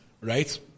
right